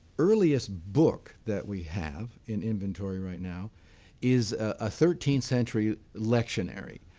earliest book that we have in inventory right now is a thirteenth century lectionary.